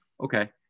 okay